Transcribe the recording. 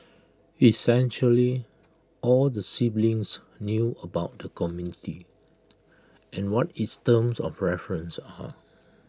essentially all the siblings knew about the committee and what its terms of reference are